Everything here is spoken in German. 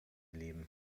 leben